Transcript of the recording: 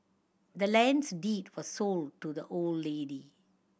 the land's deed was sold to the old lady